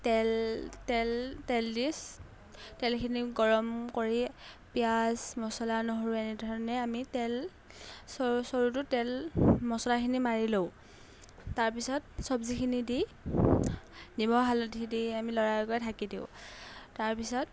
তেল তেল তেল দি তেলখিনি গৰম কৰি পিঁয়াজ মছলা নহৰু এনেধৰণে আমি তেল চৰু চৰুটো তেল মছলাখিনি মাৰি লওঁ তাৰপিছত চব্জিখিনি দি নিমখ হালধি দি আমি ল'ৰাইকৈ ঢাকি দিওঁ তাৰপিছত